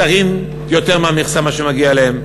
שרים יותר מהמכסה שמגיעה להם.